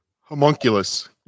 Homunculus